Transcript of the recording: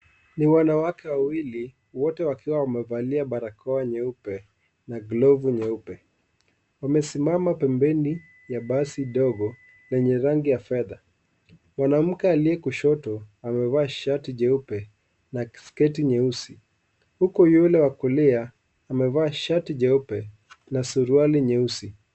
Ni wanawake wawili wote wakiwa wamevalia barakoa nyeupe na glovu nyeupe, wamesimama pembeni ya basi dogo lenye rangi ya fedha. Mwanamke aliye kushoto amevaa shati jeupe na sketi nyeusi huku yule wa kulia amevaa shati jeupe na suruali nyeusi.